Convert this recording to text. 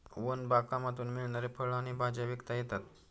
one बागकामातून मिळणारी फळं आणि भाज्या विकता येतात